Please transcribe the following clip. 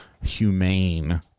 humane